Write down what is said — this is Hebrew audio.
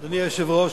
אדוני היושב-ראש,